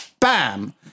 bam